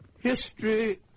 History